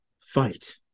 fight